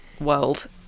world